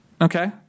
Okay